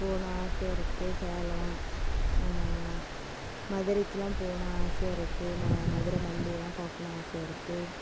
போகணும் ஆசையாக இருக்குது சேலம் மதுரைக்கெல்லாம் போகணும் ஆசையாக இருக்குது ம மதுரை மல்லியெல்லாம் பார்க்கணும் ஆசையாக இருக்குது